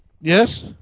Yes